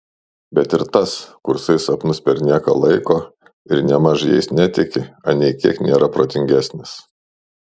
bet ir tas kursai sapnus per nieką laiko ir nėmaž jais netiki anei kiek nėra protingesnis